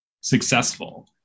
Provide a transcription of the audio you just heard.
successful